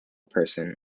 person